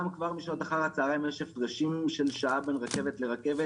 כבר משעות אחר הצוהריים יש הפרשים של שעה בין רכבת לרכבת,